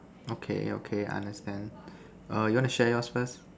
okay okay understand err you want to share yours first